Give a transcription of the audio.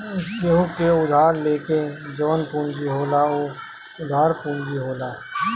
केहू से उधार लेके जवन पूंजी होला उ उधार पूंजी होला